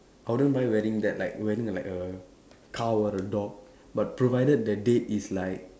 I don't mind wearing that like wearing like a cow or a dog but provided the date is like